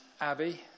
Abby